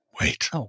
Wait